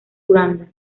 uganda